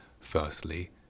firstly